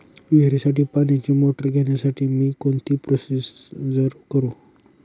विहिरीसाठी पाण्याची मोटर घेण्यासाठी मी कोणती प्रोसिजर करु?